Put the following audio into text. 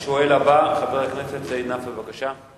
השואל הבא, חבר הכנסת סעיד נפאע, בבקשה.